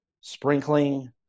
sprinkling